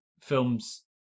films